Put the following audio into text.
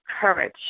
courage